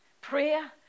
Prayer